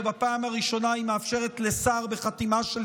כי בפעם הראשונה היא מאפשרת לשר בחתימה של